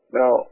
now